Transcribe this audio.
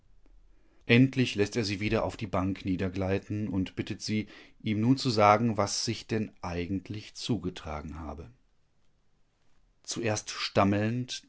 endlich läßt er sie wieder auf die bank niedergleiten und bittet sie ihm nun zu sagen was sich denn eigentlich zugetragen habe zuerst stammelnd